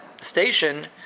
station